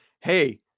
hey